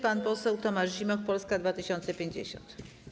Pan poseł Tomasz Zimoch, Polska 2050.